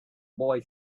boy